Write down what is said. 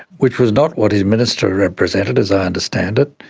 which was not what his minister represented, as i understand it.